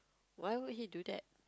why would he do that